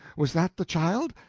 was that the child.